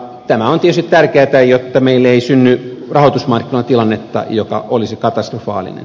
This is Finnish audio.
tämä on tietysti tärkeätä jotta meille ei synny rahoitusmarkkinatilannetta joka olisi katastrofaalinen